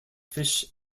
fish